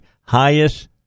highest